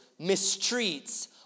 mistreats